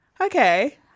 Okay